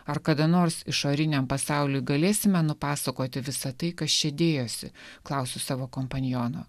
ar kada nors išoriniam pasauliui galėsime nupasakoti visą tai kas čia dėjosi klausiu savo kompaniono